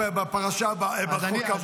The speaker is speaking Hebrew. בחוק הבא, כבוד השר.